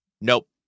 Nope